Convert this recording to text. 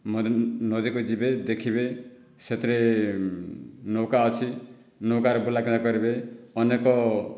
ନଦୀ ନଦୀକୁ ଯିବେ ଦେଖିବେ ସେଥିରେ ନୌକା ଅଛି ନୌକାରେ ବୁଲା କିଣା କରିବେ ଅନେକ